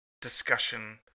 discussion